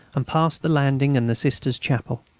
and passed the landing and the sisters' chapel.